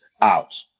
out